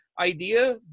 idea